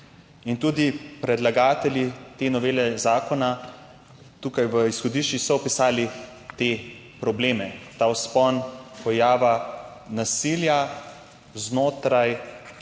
Tudi predlagatelji te novele zakona so tukaj v izhodiščih opisali te probleme, ta vzpon pojava nasilja znotraj